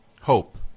Hope